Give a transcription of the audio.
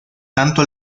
tanto